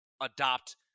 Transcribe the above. Adopt